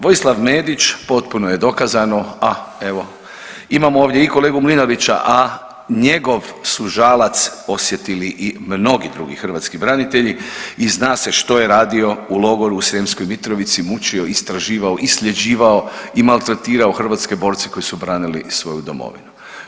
Vojislav Medić potpuno je dokazano, a evo imamo ovdje i kolegu Mlinarića, a njegov su žalac osjetili i mnogi drugi hrvatski branitelji i zna se što je radio u logoru u Sremskoj Mitrovici, mučio, istraživao, isljeđivao i maltretirao hrvatske borce koji su branili svoju domovinu.